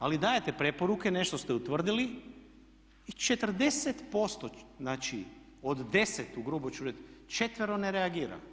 Ali dajete preporuke, nešto ste utvrdili i 40%, znači od 10 u grubo ću reći četvero ne reagira.